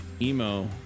Emo